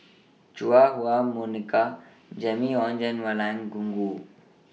Chua Ah Huwa Monica Jimmy Ong and Wang Gungwu